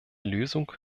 lösung